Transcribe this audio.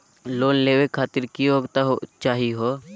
Loan लेवे खातीर की योग्यता चाहियो हे?